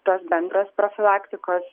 tos bendros profilaktikos